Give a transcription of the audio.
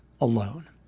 alone